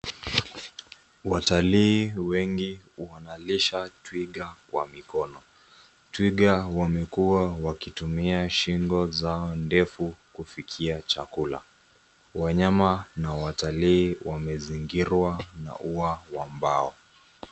Watalii wengi wanalisha twiga kwa mikono. Twiga wamekuwa wakitumia shingo zao ndefu kufikia chakula. Wanyama na watalii wamezingirwa na uwa wa mbao.